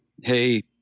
Hey